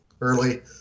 early